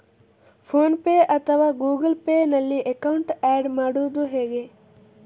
Phone pay ಅಥವಾ Google Pay ನಲ್ಲಿ account add ಮಾಡುವುದು ಹೇಗೆ?